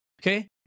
okay